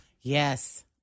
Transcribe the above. Yes